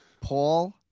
Paul